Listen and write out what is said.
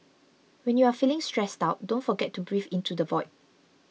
when you are feeling stressed out don't forget to breathe into the void